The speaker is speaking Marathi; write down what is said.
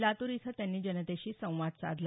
लातूर इथं त्यांनी जनतेशी संवाद साधला